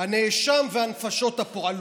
הנאשם והנפשות הפועלות.